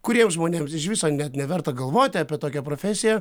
kuriems žmonėms iš viso net neverta galvoti apie tokią profesiją